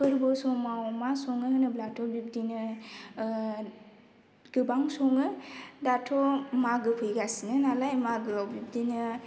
फोरबो समाव मा सङो होनोब्लाथ' बिबदिनो गोबां सङो दाथ' मागो फैगासिनो नालाय मागोआव बिब्दिनो